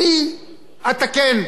אני אתקן,